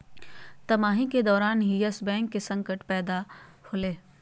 तिमाही के दौरान ही यस बैंक के संकट पैदा होलय